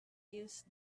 use